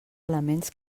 elements